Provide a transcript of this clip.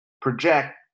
project